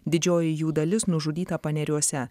didžioji jų dalis nužudyta paneriuose